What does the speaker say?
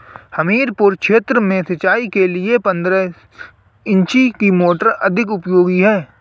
हमीरपुर क्षेत्र में सिंचाई के लिए पंद्रह इंची की मोटर अधिक उपयोगी है?